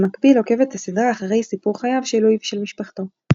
במקביל עוקבת הסדרה אחרי סיפור חייו של לואי ושל משפחתו.